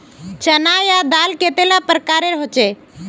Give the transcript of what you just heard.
चना या दाल कतेला प्रकारेर होचे?